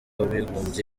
w’abibumbye